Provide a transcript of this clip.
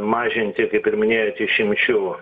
mažinti kaip ir minėjot išimčių